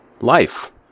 Life